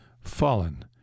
Fallen